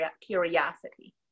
curiosity